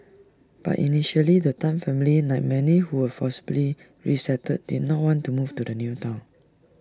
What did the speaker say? but initially the Tan family like many who were forcibly resettled did not want to move to the new Town